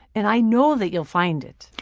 and i know that you'll find it.